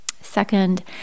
Second